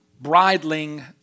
bridling